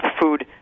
food